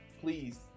please